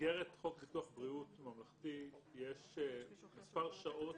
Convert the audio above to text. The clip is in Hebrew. במסגרת חוק ביטוח בריאות ממלכתי יש מספר שעות